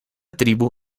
tribu